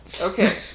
Okay